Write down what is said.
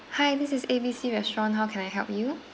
hi this is A_B_C restaurant how can I help you